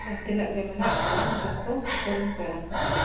ᱡᱟᱦᱟᱸ ᱛᱤᱱᱟᱹᱜ ᱜᱮ ᱢᱮᱱᱟᱜ ᱠᱚᱣᱟ ᱡᱚᱛᱚ ᱟᱠᱚᱨᱮᱱ ᱯᱮᱲᱟ ᱠᱚᱠᱚ